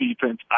defense